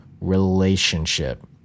relationship